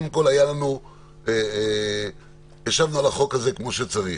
קודם כול, ישבנו על החוק הזה כמו שצריך.